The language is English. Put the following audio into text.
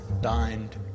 dined